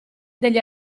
degli